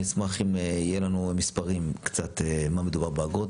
אני אשמח אם יהיה לנו מספרים קצת על מה מדובר באגרות